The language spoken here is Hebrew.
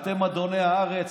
אתם אדוני הארץ,